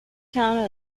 town